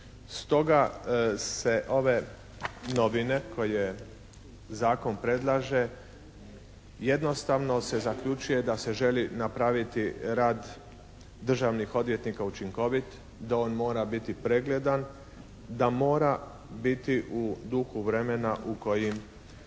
Stoga se ove novine koje zakon predlaže jednostavno se zaključuje da se želi napraviti rad državnih odvjetnika učinkovit, da on mora biti pregledan, da mora biti u duhu vremena u kojim